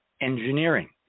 engineering